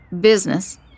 Business